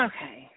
Okay